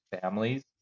families